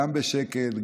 גם בשקט,